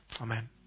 Amen